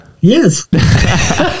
yes